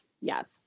Yes